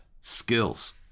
skills